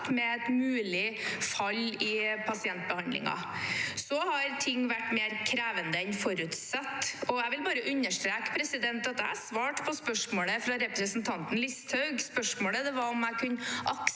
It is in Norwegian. med et mulig fall i pasientbehandlingen. Så har ting vært mer krevende enn forutsett. Jeg vil understreke at jeg svarte på spørsmålet fra representanten Listhaug. Spørsmålet var om jeg kunne akseptere